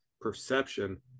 perception